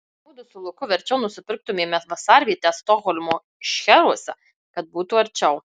mudu su luku verčiau nusipirktumėme vasarvietę stokholmo šcheruose kad būtų arčiau